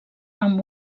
amb